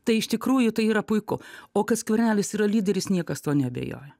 tai iš tikrųjų tai yra puiku o kad skvernelis yra lyderis niekas tuo neabejoja